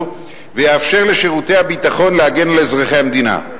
ויאפשר לשירותי הביטחון להגן על אזרחי המדינה.